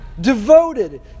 devoted